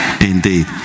Indeed